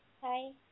Hi